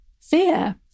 fear